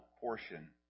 portion